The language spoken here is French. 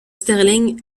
sterling